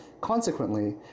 Consequently